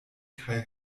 kaj